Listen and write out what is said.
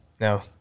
No